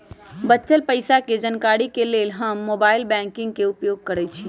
बच्चल पइसा के जानकारी के लेल हम मोबाइल बैंकिंग के उपयोग करइछि